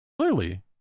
Clearly